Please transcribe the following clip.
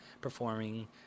performing